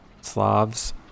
Slavs